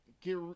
get